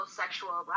sexual